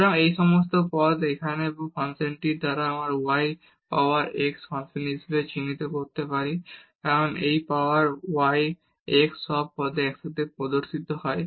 সুতরাং এই সমস্ত পদ এখানে বা এই ফাংশনটি আমরা y পাওয়ার x এর ফাংশন হিসাবে চিহ্নিত করতে পারি কারণ এই y পাওয়ার x সব পদে একসাথে প্রদর্শিত হয়